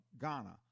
Ghana